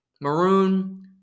Maroon